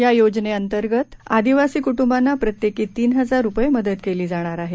या योजनेअंतर्गत आदिवासी कृटुंबांना प्रत्येकी तीन हजार रुपये मदत केली जाणार आहे